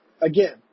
again